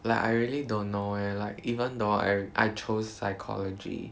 like I really don't know eh like even though I I chose psychology